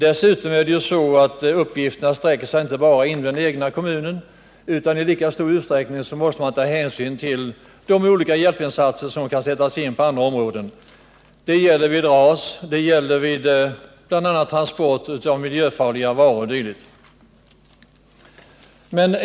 Dessutom finns uppgifterna inte bara inom den egna kommunen, utan i lika stor utsträckning måste man ta hänsyn till de olika hjälpinsatser som kan behöva sättas in på andra områden: vid ras, vid transporter av miljöfarliga varor o. d.